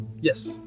Yes